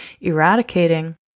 eradicating